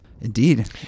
Indeed